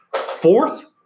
Fourth